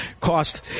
cost